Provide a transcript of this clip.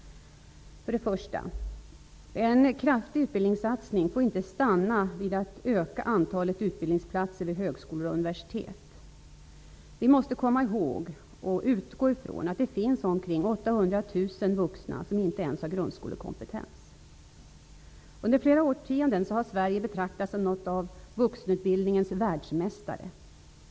För det första: En kraftig utbildningssatsning får inte stanna vid att öka antalet utbildningsplatser vid högskolor och universitet. Vi måste komma ihåg och utgå ifrån att det finns omkring 800 000 vuxna som inte ens har grundskolekompetens. Under flera årtionden har Sverige betraktats som något av vuxenutbildningens världsmästare.